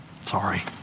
Sorry